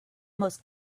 most